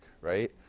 right